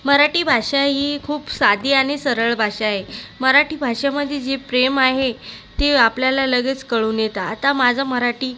मराठी भाषा ही खूप साधी आणि सरळ भाषा आहे मराठी भाषेमध्ये जे प्रेम आहे ते आपल्याला लगेच कळून येतं आता माझं मराठी